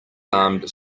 armed